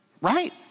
right